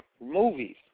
movies